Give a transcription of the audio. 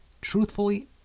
Truthfully